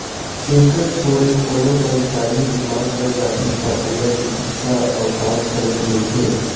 एखर छोड़े कोनो करमचारी ह बिमार पर जाथे त ओला चिकित्सा अवकास घलोक मिलथे